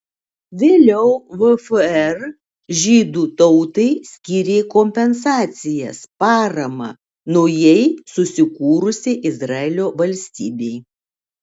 vėliau vfr žydų tautai skyrė kompensacijas paramą naujai susikūrusiai izraelio valstybei